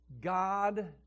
God